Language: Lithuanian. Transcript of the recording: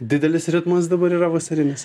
didelis ritmas dabar yra vasarinis